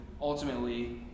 ultimately